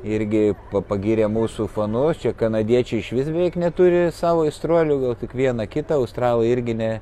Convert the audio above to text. irgi pagyrė mūsų fanus čia kanadiečiai išvis beveik neturi savo aistruolių gal tik vieną kitą australai irgi ne